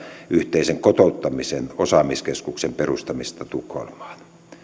yhteisen kotouttamisen osaamiskeskuksen perustamisesta tukholmaan